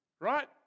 Right